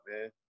man